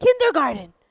kindergarten